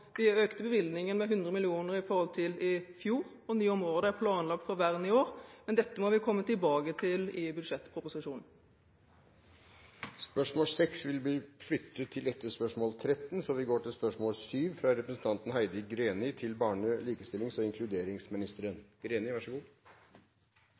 Vi økte bevilgningen med 100 mill. kr i forhold til i fjor, og nye områder er planlagt for vern i år. Men dette må vi komme tilbake til i budsjettproposisjonen. Spørsmål 6 er flyttet og skal besvares før spørsmål 14. Jeg tillater meg å stille følgende spørsmål til barne-, likestillings- og inkluderingsministeren: